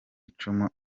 icumu